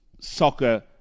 Soccer